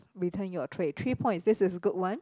return your tray three points this is a good one